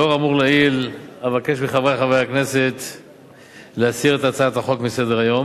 לאור האמור לעיל אבקש מחברי חברי הכנסת להסיר את הצעת החוק מסדר-היום,